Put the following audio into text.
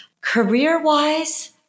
Career-wise